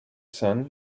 sun